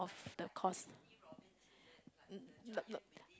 the course